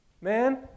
Man